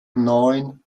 neun